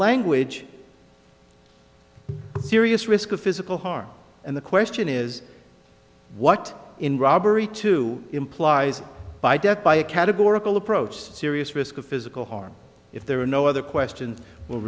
language serious risk of physical harm and the question is what in robbery to implies by death by a categorical approach to serious risk of physical harm if there are no other question w